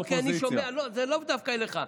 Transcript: לא, כי אני שומע, זה לא דווקא אליך.